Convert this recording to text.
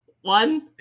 One